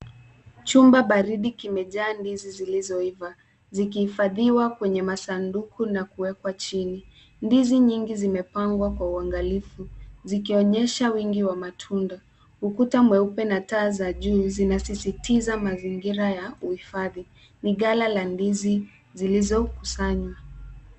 Chumba baridi kimejaa ndizi zilizoiva zikihifadhiwa kwenye masanduku na kuwekwa chini. Ndizi nyingi zimepangwa kwa uangalifu zikionyesha wingi wa matunda. Ukuta mweupe na taa za juu zinasisitiza mazingira ya uhifadhi. Ni ghala la ndizi zilizokusanywa.